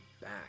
back